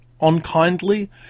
unkindly